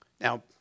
Now